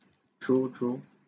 true true